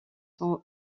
sont